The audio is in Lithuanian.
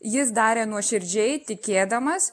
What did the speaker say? jis darė nuoširdžiai tikėdamas